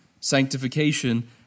sanctification